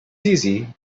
easy